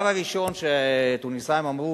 הדבר הראשון שהתוניסאים אמרו,